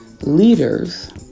Leaders